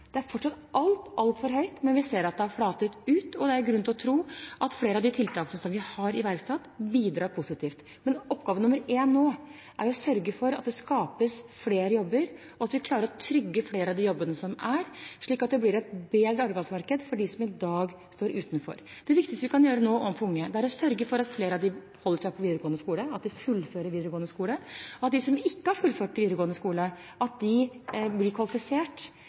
det fra 70 000 til 73 000. Det er fortsatt altfor høyt, men vi ser at det har flatet ut, og det er grunn til å tro at flere av de tiltakene vi har iverksatt, bidrar positivt. Oppgave nr. én nå er å sørge for at det skapes flere jobber, og at vi klarer å trygge flere av de jobbene som er, slik at det blir et bedre arbeidsmarked for dem som i dag står utenfor. Det viktigste vi kan gjøre nå overfor unge, er å sørge for at flere av dem holder seg på skolen og fullfører videregående skole, og at de som ikke har fullført videregående skole, blir kvalifisert gjennom ulike opplæringstiltak, slik at de